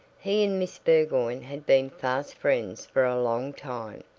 he and miss burgoyne had been fast friends for a long time.